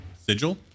Sigil